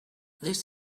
this